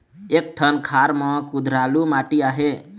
एक ठन खार म कुधरालू माटी आहे?